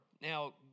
Now